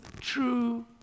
true